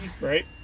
right